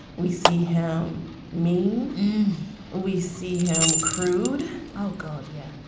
we see him mean we see him crude oh, god. yeah.